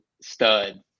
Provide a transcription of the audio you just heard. stud